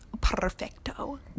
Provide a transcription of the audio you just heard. perfecto